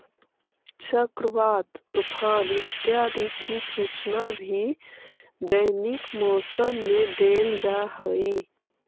चक्रवात, तूफान इत्यादि की सूचना भी दैनिक मौसम में देल जा हई